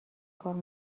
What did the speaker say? کار